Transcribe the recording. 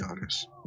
honest